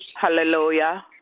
Hallelujah